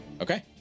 Okay